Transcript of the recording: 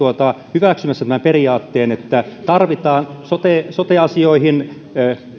hyväksymässä tämän periaatteen että tarvitaan sote sote asioihin